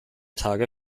tage